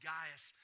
Gaius